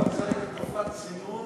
לא צריך תקופת צינון